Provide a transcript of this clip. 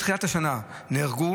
מתחילת השנה נהרגו